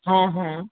হ্যাঁ হ্যাঁ